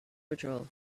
patrol